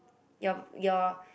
your your